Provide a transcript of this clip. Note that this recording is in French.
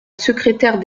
secrétaire